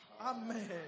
Amen